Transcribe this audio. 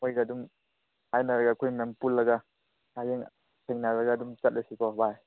ꯃꯣꯏꯒ ꯑꯗꯨꯝ ꯍꯥꯏꯅꯔꯒ ꯑꯩꯈꯣꯏ ꯃꯌꯥꯝ ꯄꯨꯜꯂꯒ ꯍꯌꯦꯡ ꯊꯦꯡꯅꯔꯒ ꯑꯗꯨꯝ ꯆꯠꯂꯁꯤꯀꯣ ꯚꯥꯏ